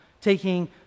taking